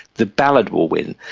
the ballad will win.